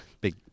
Big